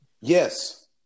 Yes